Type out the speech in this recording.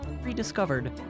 rediscovered